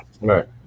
right